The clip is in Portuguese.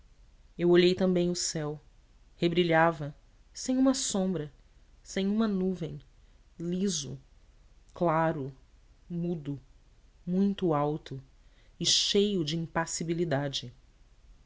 eu olhei também o céu rebrilhava sem uma sombra sem uma nuvem liso claro mudo muito alto e cheio de